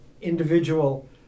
individual